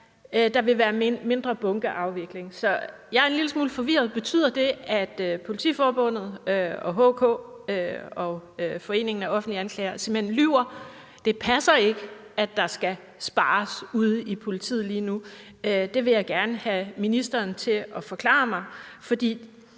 der vil være mindre bunkeafvikling. Jeg er en lille smule forvirret. Betyder det, at Politiforbundet, HK Politiet og Foreningen af Offentlige Anklagere simpelt hen lyver, altså at det ikke passer, at der skal spares ude i politiet lige nu? Det vil jeg gerne have ministeren til at forklare mig. For